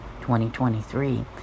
2023